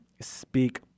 speak